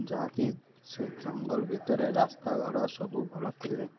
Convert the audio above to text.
ଯାହାକି ସେ ଜଙ୍ଗଲ ଭିତରେ ରାସ୍ତାଘାଟ ସବୁ ଭଲ ଥିଲେ